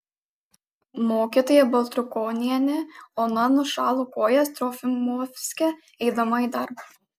mokytoja baltrukonienė ona nušalo kojas trofimovske eidama į darbą